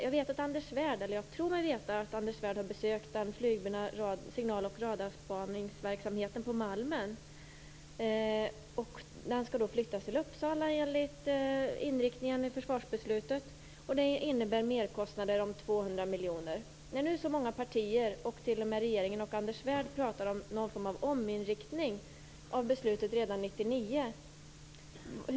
Jag tror mig veta att Anders Svärd har besökt den flygburna signal och radarspaningsverksamheten på Malmen. Den skall flyttas till Uppsala enligt inriktningen i försvarsbeslutet. Det innebär merkostnader på 200 miljoner. Många partier, och t.o.m. regeringen och Anders Svärd, pratar nu om någon form av ny inriktning av beslutet redan 1999.